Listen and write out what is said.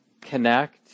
connect